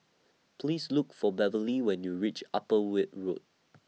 Please Look For Beverly when YOU REACH Upper Weld Road